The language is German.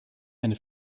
eine